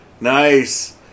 nice